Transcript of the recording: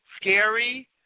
scary